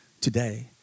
today